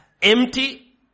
Empty